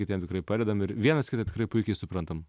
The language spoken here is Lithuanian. kitiem tikrai padedam ir vienas kitą tikrai puikiai suprantam